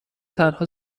تنها